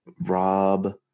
Rob